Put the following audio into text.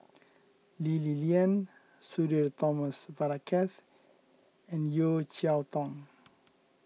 Lee Li Lian Sudhir Thomas Vadaketh and Yeo Cheow Tong